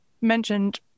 mentioned